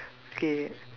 okay